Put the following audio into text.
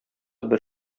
бер